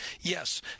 yes